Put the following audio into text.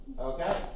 Okay